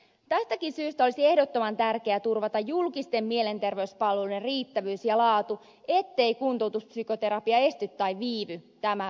tästäkin syystä olisi ehdottoman tärkeä turvata julkisten mielenterveyspalveluiden riittävyys ja laatu ettei kuntoutuspsykoterapia esty tai viivy tämän vuoksi